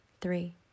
Three